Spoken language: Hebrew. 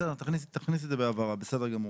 בסדר, תכניסי את זה בהבהרה, בסדר גמור.